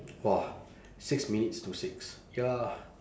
!wah! six minutes to six ya